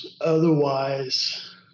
otherwise